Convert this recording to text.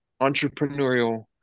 entrepreneurial